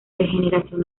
regeneración